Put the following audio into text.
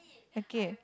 okay